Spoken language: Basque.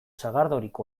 sagardorik